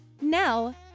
Now